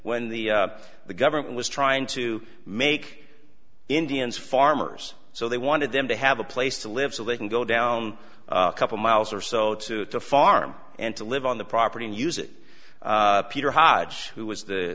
when the government was trying to make indians farmers so they wanted them to have a place to live so they can go down a couple miles or so to the farm and to live on the property and use it peter hodge who was